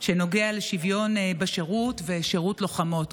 שנוגע לשוויון בשירות ושירות לוחמות,